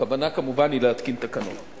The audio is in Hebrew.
הכוונה כמובן היא להתקין תקנות.